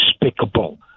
despicable